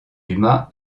dumas